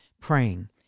praying